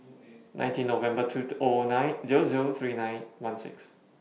nineteen November two O O nine Zero Zero three nine one six